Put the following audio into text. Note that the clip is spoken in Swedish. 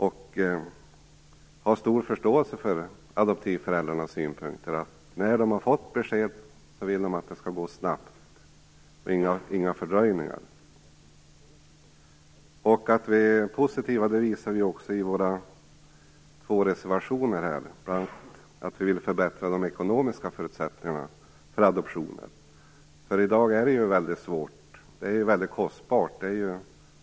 Vi har stor förståelse för att adoptivföräldrarna vill att det skall gå snabbt och utan fördröjningar när de har fått besked. Att vi är positiva visar vi i våra två reservationer, som bl.a. handlar om att vi vill förbättra de ekonomiska förutsättningarna för adoptioner. I dag är det mycket svårt och kostbart.